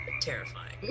Terrifying